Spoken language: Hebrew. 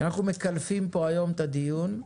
אנחנו מקלפים פה היום את הדיון,